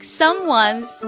someone's